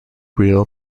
wheel